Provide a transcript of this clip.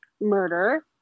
murder